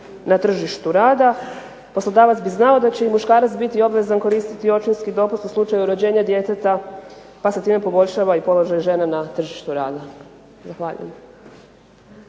na tržištu rada. Poslodavac bi znao da će i muškarac biti obvezan koristiti očinski dopust u slučaju rođenja djeteta pa se time poboljšava i položaj žena na tržištu rada. Zahvaljujem.